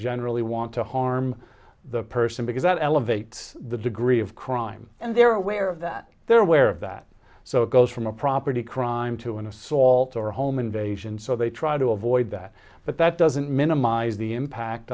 generally want to harm the person because that elevates the degree of crime and they're aware of that they're aware of that so it goes from a property crime to an assault or a home invasion so they try to avoid that but that doesn't minimize the impact